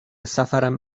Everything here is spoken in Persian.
سفرم